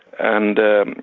and